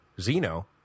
Zeno